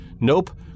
nope